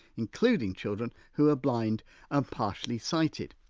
including children who are blind and partially sighted.